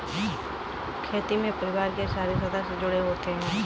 खेती में परिवार के सारे सदस्य जुड़े होते है